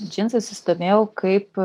džinsais susidomėjau kaip